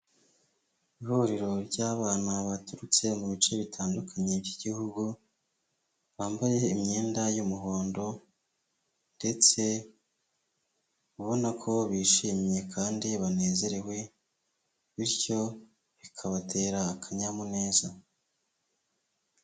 Ihuriro ry'abana baturutse mu bice bitandukanye by'igihugu bambaye imyenda y'umuhondo ndetse ubona ko bishimye kandi banezerewe bityo bikabatera akanyamuneza.